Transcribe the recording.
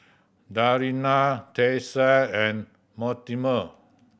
Dariana Tyesha and Mortimer